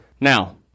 now